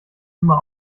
immer